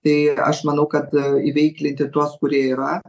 tai aš manau kad įveiklinti tuos kurie yra